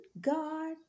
God